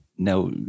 Now